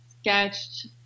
sketched